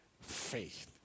faith